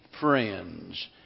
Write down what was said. friends